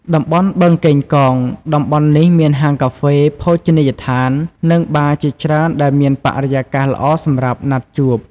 តំបន់បឹងកេងកង (BKK) តំបន់នេះមានហាងកាហ្វេ ភោជនីយដ្ឋាន និងបារជាច្រើនដែលមានបរិយាកាសល្អសម្រាប់ណាត់ជួប។